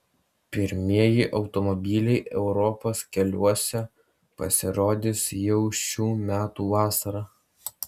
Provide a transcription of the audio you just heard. pirmieji automobiliai europos keliuose pasirodys jau šių metų vasarą